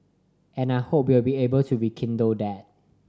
and I hope we'll be able to rekindle that